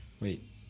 Wait